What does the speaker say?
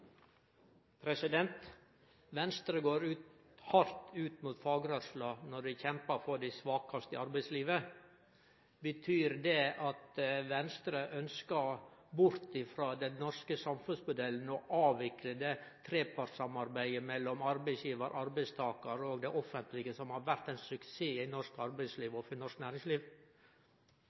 Venstre går hardt ut mot fagrørsla når dei kjempar for dei svakaste i arbeidslivet. Betyr det at Venstre ønskjer seg bort frå den norske samfunnsmodellen og vil avvikle det trepartssamarbeidet mellom arbeidsgjevar, arbeidtakar og det offentlege som har vore ein suksess i norsk arbeidsliv og for norsk næringsliv?